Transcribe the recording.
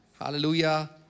Hallelujah